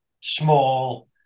small